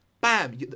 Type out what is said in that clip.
bam